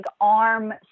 arm